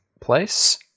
place